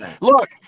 Look